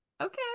Okay